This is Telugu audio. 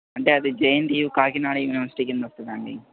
అంటే అది జేఎన్టియు కాకినాడ యూనివర్సిటీ కింద వస్తుందండి